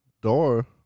door